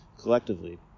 collectively